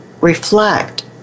reflect